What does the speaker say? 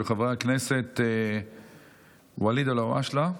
של חברי הכנסת ואליד אלהואשלה,